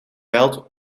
veld